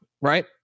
right